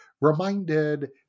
reminded